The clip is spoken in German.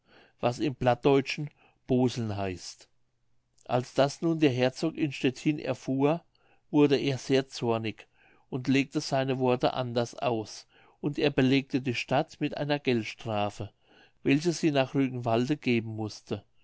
was im plattdeutschen bozeln heißt als das nun der herzog in stettin erfuhr wurde er sehr zornig und legte seine worte anders aus und er belegte die stadt mit einer geldstrafe welche sie nach rügenwalde geben mußte